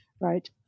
Right